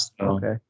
Okay